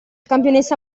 campionessa